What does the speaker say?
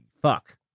fuck